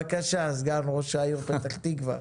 בבקשה, סגן ראש העיר פתח תקוה לשעבר.